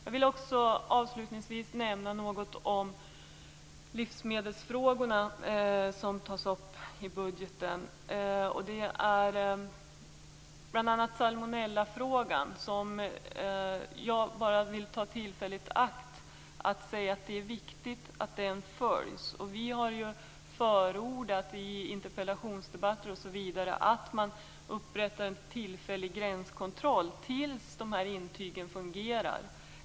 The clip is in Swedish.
Jag vill avslutningsvis nämna något om livsmedelsfrågorna, som tas upp i budgeten, bl.a. salmonellafrågan. Jag vill ta tillfället i akt och säga att det är viktigt att den följs. Vi har förordat i interpellationsdebatter osv. att man upprättar en tillfällig gränskontroll tills intygen fungerar.